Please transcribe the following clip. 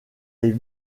les